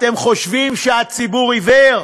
אתם חושבים שהציבור עיוור?